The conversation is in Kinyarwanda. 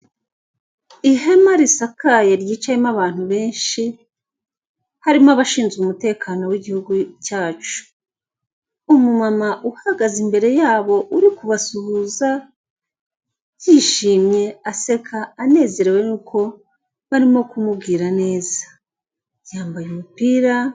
Ihema risakaye ryicayemo abantu benshi, harimo abashinzwe umutekano w'igihugu cyacu umumama uhagaze imbere yabo uri kubasuhuza yishimye, aseka, anezerewe n'uko barimo kumubwira neza yambaye umupira.